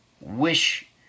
wish